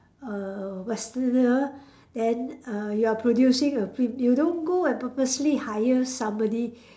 a westerner then uh you are producing a film you don't go and purposely hire somebody